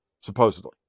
supposedly